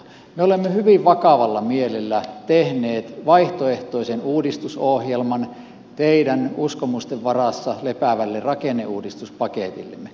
me olemme hyvin vakavalla mielellä tehneet vaihtoehtoisen uudistusohjelman teidän uskomusten varassa lepäävälle rakenneuudistuspaketillenne